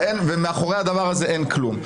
מאחורי הדבר הזה אין כלום.